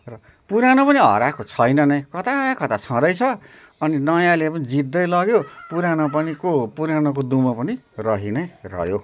र पुरानो पनि हराएको छैन नै कता कता छँदै छ अनि नयाँले पनि जित्दै लग्यो पुरानो पनि को पुरानोको दुमो पनि रही नै रह्यो